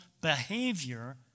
behavior